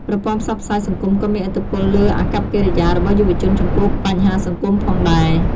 ប្រព័ន្ធផ្សព្វផ្សាយសង្គមក៏មានឥទ្ធិពលលើអាកប្បកិរិយារបស់យុវជនចំពោះបញ្ហាសង្គមផងដែរ។